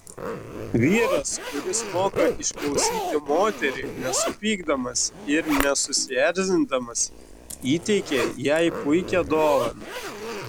vyras kuris moka išklausyti moterį nesupykdamas ir nesusierzindamas įteikia jai puikią dovaną